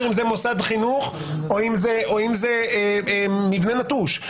אם זה מוסד חינוך או שזה מבנה נטוש.